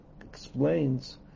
explains